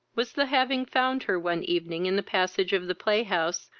was the having found her one evening in the passage of the play-house,